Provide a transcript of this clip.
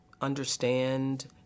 understand